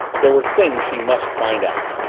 there were things she must find out.